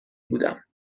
بودم